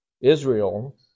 Israel